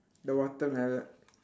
the watermelo~